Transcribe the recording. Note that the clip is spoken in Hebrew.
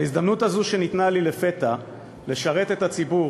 ההזדמנות הזו שניתנה לי לפתע לשרת את הציבור